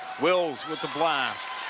wills with the blast.